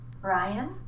Brian